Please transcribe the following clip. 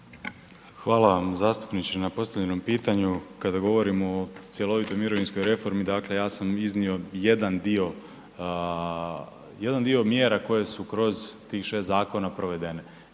vam zastupniče na postavljenom pitanju. Kada govorimo o cjelovitoj mirovinskoj reformi, dakle ja sam iznio jedan dio, jedan dio mjera koje su kroz tih 6 zakona provedene.